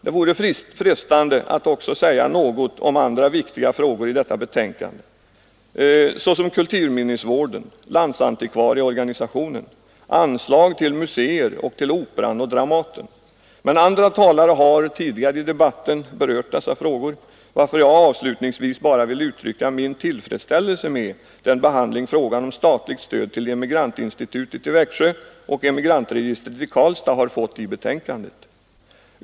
Det vore frestande att också säga något om andra viktiga frågor i detta betänkande såsom kulturminnesvården, landsantikvarieorganisationen, anslag till museer och till Operan och Dramaten, men andra talare har tidigare i debatten berört dessa frågor, varför jag avslutningsvis bara vill uttrycka min tillfredsställelse med den behandling frågan om statligt stöd till emigrantinstitutet i Växjö och emigrantregistret i Karlstad har fått i betänkandet.